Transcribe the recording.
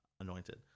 anointed